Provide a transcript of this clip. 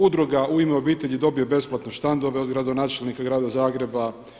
Udruga „U ime obitelji“ dobije besplatno štandove od gradonačelnika grada Zagreba.